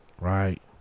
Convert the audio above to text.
Right